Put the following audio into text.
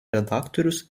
redaktorius